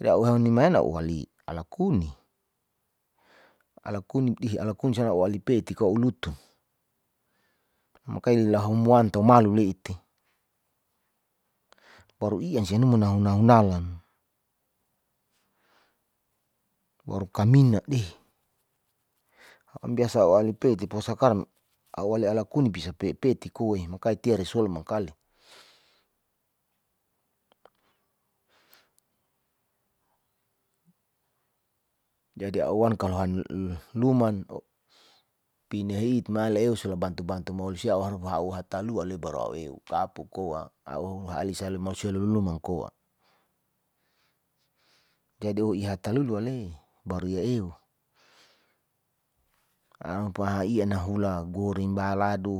lau hani mayana a'u hali alakuni, alakuni tihi ala kuning tihi ala peti ko ulutu makai lahamwan tomalu leit baru ian sian numu nahu nahu nalan. baru kamina deh niasaa a'u lai peti poskrang a'u ali alakuni bisa pepeti koaeh makali tiaresual mangkali jadi a'u wan kalo hanluman oh pinahit maleus la bantu bantu molusia a'u hatalua a'u lebaru a'u kapo koa a'u halisa le malusia lulumang koa, jadi oh ihatalulu ale baru ia e'u ian nahula goreng balado.